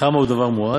וכמה הוא דבר מועט?